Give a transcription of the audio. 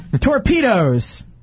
Torpedoes